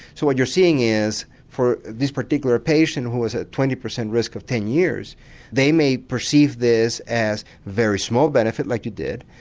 so what you are seeing is for these particular patients who was at twenty percent risk of ten years they may perceive this as a very small benefit, like you did,